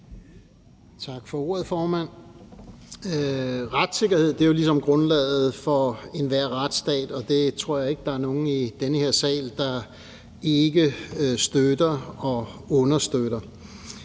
Tak for ordet, formand. Retssikkerhed er jo ligesom grundlaget for enhver retsstat, og det tror jeg ikke der er nogen i den her sal der ikke støtter og understøtter.